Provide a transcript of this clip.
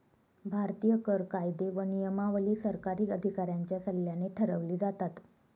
भारतीय कर कायदे व नियमावली सरकारी अधिकाऱ्यांच्या सल्ल्याने ठरवली जातात